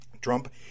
Trump